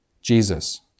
Jesus